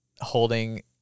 holding